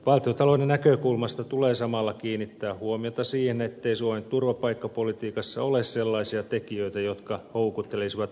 valtiontalouden näkökulmasta tulee samalla kiinnittää huomiota siihen ettei suomen turvapaikkapolitiikassa ole sellaisia tekijöitä jotka houkuttelisivat perusteettomia turvapaikkahakijoita